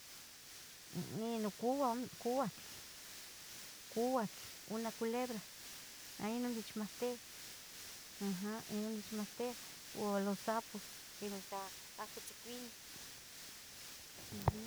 Mnn, nino co couatl couatl, una culebra a ino nehcmohtia aha, ino nechmohtia, u los sapos quemeh sa ahcotzicuinih uhm.